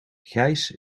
gijs